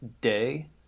day